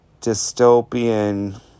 dystopian